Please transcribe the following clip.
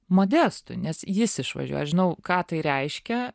modestui nes jis išvažiuoja aš žinau ką tai reiškia